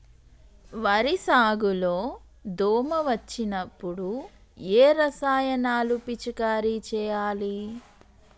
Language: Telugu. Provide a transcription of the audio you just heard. వరి సాగు లో దోమ వచ్చినప్పుడు ఏ రసాయనాలు పిచికారీ చేయాలి?